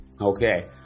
Okay